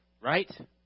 right